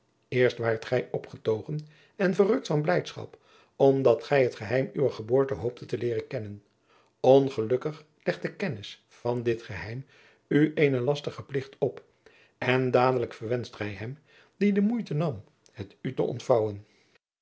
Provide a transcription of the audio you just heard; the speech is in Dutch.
eerst waart gij opgetogen en verrukt van blijdschap omdat gij het geheim uwer geboorte hooptet te leeren kennen ongelukkig legt de kennis van dit geheim u eenen lastigen plicht op en dadelijk verwenscht gij hem die de moeite nam het u te ontvouwen